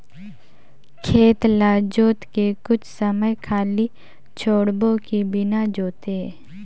खेत ल जोत के कुछ समय खाली छोड़बो कि बिना जोते?